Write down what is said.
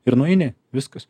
ir nueini viskas